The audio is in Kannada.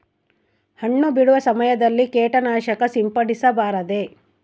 ಹಣ್ಣು ಬಿಡುವ ಸಮಯದಲ್ಲಿ ಕೇಟನಾಶಕ ಸಿಂಪಡಿಸಬಾರದೆ?